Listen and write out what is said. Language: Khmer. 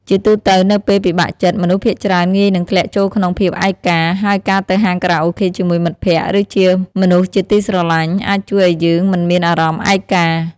ជាទូទៅនៅពេលពិបាកចិត្ត មនុស្សភាគច្រើនងាយនឹងធ្លាក់ចូលក្នុងភាពឯកា ហើយការទៅហាងខារ៉ាអូខេជាមួយមិត្តភក្តិ ឬជាមនុស្សជាទីស្រឡាញ់ អាចជួយឲ្យយើងមិនមានអារម្មណ៍ឯកា។